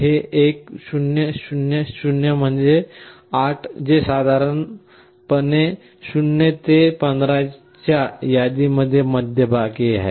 हे 1 0 0 0 म्हणजे 8 जे साधारणपणे 0 ते 15 यादीमध्ये मध्यभागी आहे